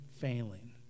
failing